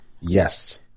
Yes